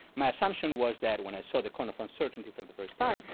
my assumption was that when i saw the cone of uncertainty for the first time,